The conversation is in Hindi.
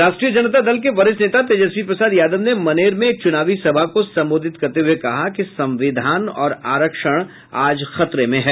राष्ट्रीय जनता दल के वरिष्ठ नेता तेजस्वी प्रसाद यादव ने मनेर में एक चुनावी सभा को संबोधित करते हुए कहा कि संविधान और आरक्षण आज खतरे में है